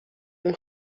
اون